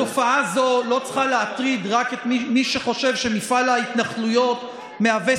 התופעה הזו לא צריכה להטריד רק את מי שחושב שמפעל ההתנחלויות מהווה